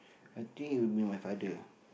I think it will be my father ah